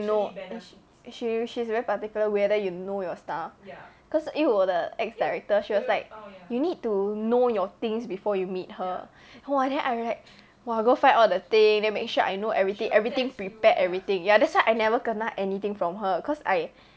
no is she she's very particular whether you know your stuff cause 因为我的 ex director she was like you need to know your things before you meet her !wah! then I like go find all the thing then make sure I know everything everything prepared everything ya that's why I never kena anything from her cause I